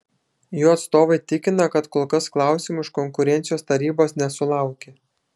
jų atstovai tikina kad kol kas klausimų iš konkurencijos tarybos nesulaukė